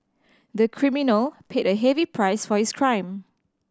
the criminal paid a heavy price for his crime